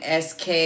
SK